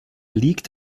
liegt